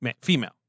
Female